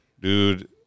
Dude-